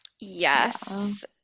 Yes